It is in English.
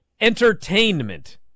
entertainment